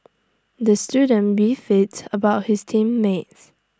the student beefed IT about his team mates